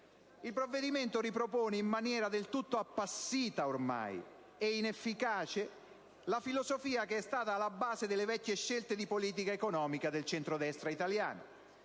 Il provvedimento ripropone in maniera del tutto appassita ed inefficace la filosofia alla base delle vecchie scelte di politica economica del centrodestra italiano,